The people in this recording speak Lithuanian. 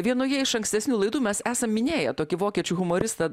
vienoje iš ankstesnių laidų mes esam minėję tokį vokiečių humoristą